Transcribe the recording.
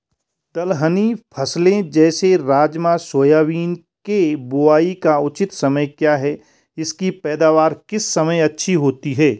दलहनी फसलें जैसे राजमा सोयाबीन के बुआई का उचित समय क्या है इसकी पैदावार किस समय अच्छी होती है?